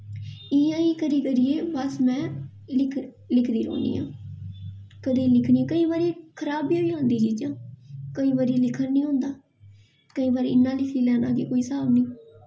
इ'यां गै करी करियै बस में लिख लिखदी रौह्न्नी आं कदें लिखनी केईं बारी खराब बी होई जंदियां चीज़ां केईं बारी लिखन निं होंदा केईं बारी इन्ना लिखी लैना कि कोई स्हाब निं